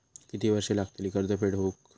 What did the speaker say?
किती वर्षे लागतली कर्ज फेड होऊक?